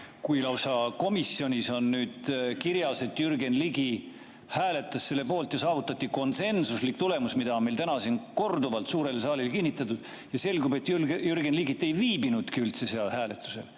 Kui lausa komisjoni [protokollis] on kirjas, et Jürgen Ligi hääletas selle poolt ja saavutati konsensuslik tulemus, mida on täna siin korduvalt suurele saalile kinnitatud, ja selgub, et Jürgen Ligi ei viibinudki üldse seal hääletusel,